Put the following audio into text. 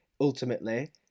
ultimately